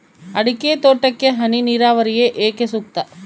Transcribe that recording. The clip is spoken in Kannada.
ಅಡಿಕೆ ತೋಟಕ್ಕೆ ಹನಿ ನೇರಾವರಿಯೇ ಏಕೆ ಸೂಕ್ತ?